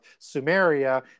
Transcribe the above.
Sumeria